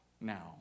now